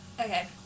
okay